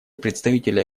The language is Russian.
представителя